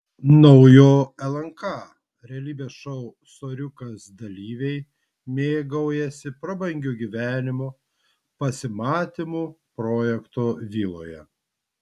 naujo lnk realybės šou soriukas dalyviai mėgaujasi prabangiu gyvenimu pasimatymų projekto viloje